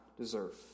deserve